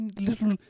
little